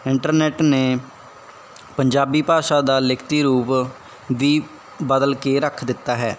internet ਨੇ ਪੰਜਾਬੀ ਭਾਸ਼ਾ ਦਾ ਲਿਖਤੀ ਰੂਪ ਵੀ ਬਦਲ ਕੇ ਰੱਖ ਦਿੱਤਾ ਹੈ